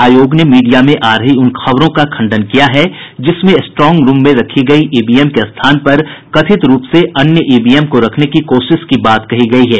आयोग ने मीडिया में आ रही उन खबरों का खंडन किया है जिसमें स्ट्रांग रूम में रखी गई ई वी एम के स्थान पर कथित रूप से अन्य ई वी एम को रखने की कोशिश की बात कही गयी है